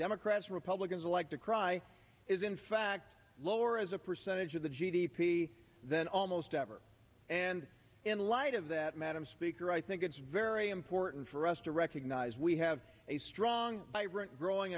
democrats republicans like to cry is in fact lower as a percentage of the g d p than almost ever and in light of that madam speaker i think it's very important for us to recognize we have a strong vibrant growing